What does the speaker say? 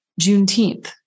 Juneteenth